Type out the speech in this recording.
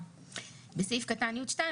" בסעיף קטן (י2),